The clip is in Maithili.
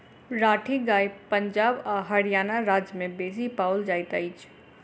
राठी गाय पंजाब आ हरयाणा राज्य में बेसी पाओल जाइत अछि